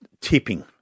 Tipping